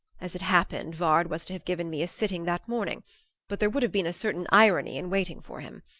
as it happened, vard was to have given me a sitting that morning but there would have been a certain irony in waiting for him.